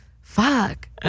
Fuck